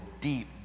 deep